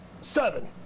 Seven